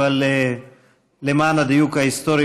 אבל למען הדיוק ההיסטורי,